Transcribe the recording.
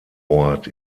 ort